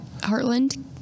heartland